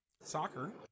soccer